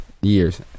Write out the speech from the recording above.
years